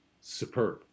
superb